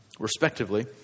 respectively